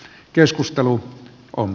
keskustelu on